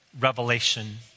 revelation